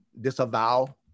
disavow